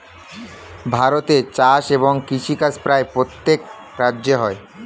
ভারতে চাষ এবং কৃষিকাজ প্রায় প্রত্যেক রাজ্যে হয়